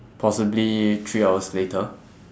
possibly three hours later